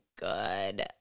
good